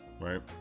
Right